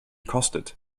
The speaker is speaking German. kostet